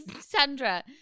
Sandra